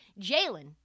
Jalen